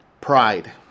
Pride